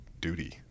duty